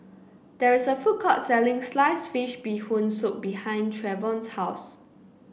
there is a food court selling Sliced Fish Bee Hoon Soup behind Trevon's house